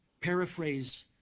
paraphrase